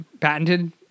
patented